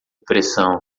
pressão